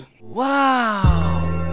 Wow